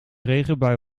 regenbui